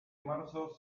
marzo